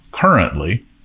currently